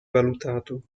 valutato